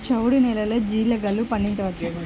చవుడు నేలలో జీలగలు పండించవచ్చా?